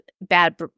bad